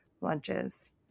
lunches